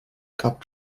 cup